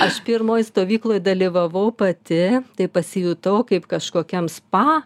aš pirmoj stovykloj dalyvavau pati tai pasijutau kaip kažkokiam spa